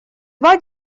два